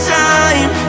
time